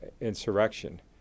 insurrection